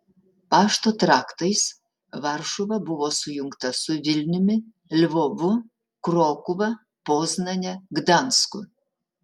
pašto traktais varšuva buvo sujungta su vilniumi lvovu krokuva poznane gdansku